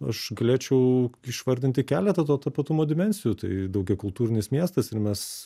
aš galėčiau išvardinti keletą to tapatumo dimensijų tai daugiakultūrinis miestas ir mes